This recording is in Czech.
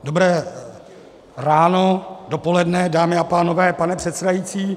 Dobré ráno, dopoledne, dámy a pánové, pane předsedající.